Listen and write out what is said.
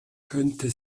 könnte